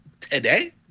today